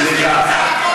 סליחה.